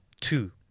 Two